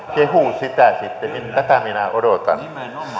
kehuu sitä sitten tätä minä odotan